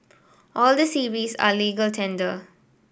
all the series are legal tender